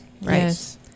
Yes